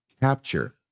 capture